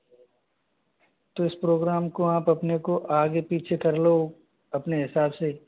तो इस प्रोग्राम को आप अपने को आगे पीछे कर लो अपने हिसाब से